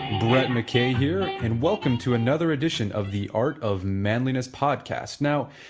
brett mckay here and welcome to another edition of the art of manliness podcast. now,